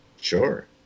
Sure